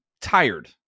tired